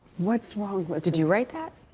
what's wrong? did you write that?